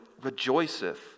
rejoiceth